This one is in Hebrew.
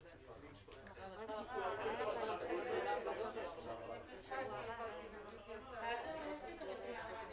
הייעוץ המשפטי שלנו, משרד המשפטים וגופים אחרים